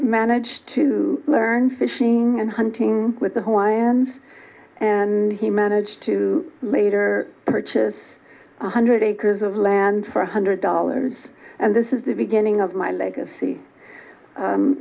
managed to learn fishing and hunting with the one hand and he managed to mate or purchase a hundred acres of land for a hundred dollars and this is the beginning of my legacy